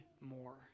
more